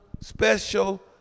special